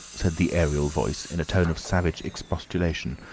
said the aerial voice, in a tone of savage expostulation.